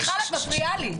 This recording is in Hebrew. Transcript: את מפריעה לי.